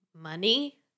money